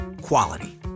Quality